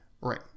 Right